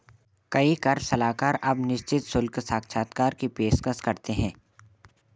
कई कर सलाहकार अब निश्चित शुल्क साक्षात्कार की पेशकश करते हैं